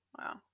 wow